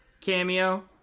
cameo